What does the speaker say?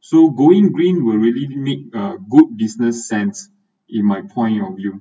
so going green will really make a good business sense in my point of view